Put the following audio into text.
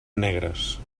negres